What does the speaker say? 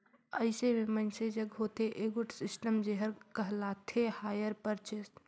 अइसे में मइनसे जग होथे एगोट सिस्टम जेहर कहलाथे हायर परचेस